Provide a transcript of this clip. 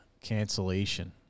cancellation